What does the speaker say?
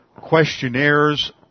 questionnaires